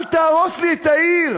אל תהרוס לי את העיר,